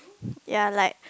ya like